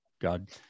God